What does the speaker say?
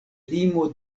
limo